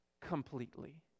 completely